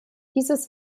dieses